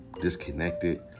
disconnected